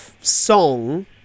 song